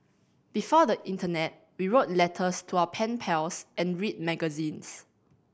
before the internet we wrote letters to our pen pals and read magazines